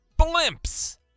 Blimps